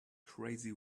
crazy